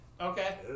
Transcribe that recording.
Okay